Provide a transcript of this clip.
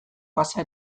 pasa